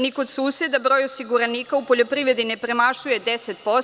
Ni kod suseda broj osiguranika u poljoprivredi ne premašuje 10%